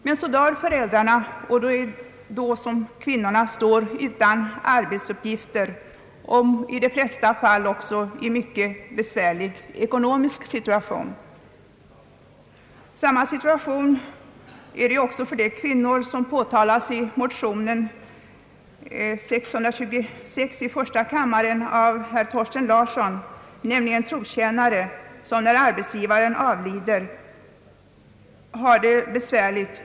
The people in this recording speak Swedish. Men så dör föräldrarna, och då står kvinnorna utan arbetsuppgifter och i de flesta fall också i en mycket besvärlig ekonomisk situation. Samma förhållande gäller också för de kvinnor som påtalats i motion nr 626 i första kammaren av herr Thorsten Larsson m.fl., nämligen trotjänare, som när arbetsgivaren avlider har det besvärligt.